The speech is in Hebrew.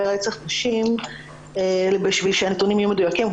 רצח נשים בשביל שהנתונים יהיו מדויקים.